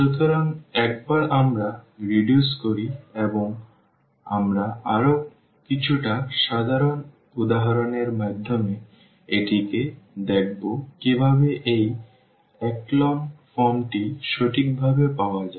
সুতরাং একবার আমরা রিডিউস করি এবং আমরা আরও কিছুটা সাধারণ উদাহরণের মধ্যে একটিতে দেখব কিভাবে এই echelon form টি সঠিকভাবে পাওয়া যায়